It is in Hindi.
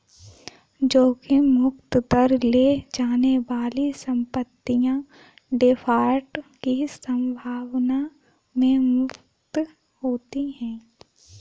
जोखिम मुक्त दर ले जाने वाली संपत्तियाँ डिफ़ॉल्ट की संभावना से मुक्त होती हैं